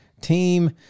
team